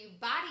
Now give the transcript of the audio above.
body